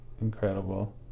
incredible